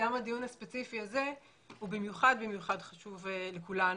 והדיון הספציפי הזה הוא במיוחד חשוב לכולנו.